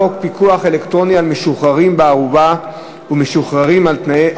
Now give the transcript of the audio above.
אני קובע שהצעת חוק מעמד ותיקי מלחמת העולם השנייה (תיקון מס'